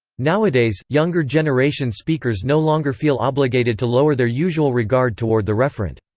nowadays, younger-generation speakers no longer feel obligated to lower their usual regard toward the referent.